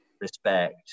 respect